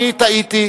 אני טעיתי.